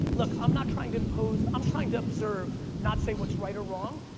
look, i'm not trying to impose, i'm trying to observe, not saying what's right or wrong,